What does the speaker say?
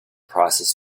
prices